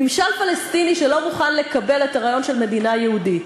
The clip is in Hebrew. ממשל פלסטיני שלא מוכן לקבל את הרעיון של מדינה יהודית,